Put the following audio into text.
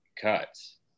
cuts